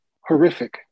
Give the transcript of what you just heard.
horrific